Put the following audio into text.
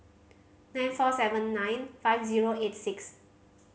nine four seven nine five zero eight six